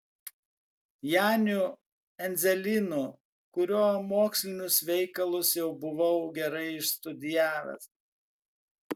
janiu endzelynu kurio mokslinius veikalus jau buvau gerai išstudijavęs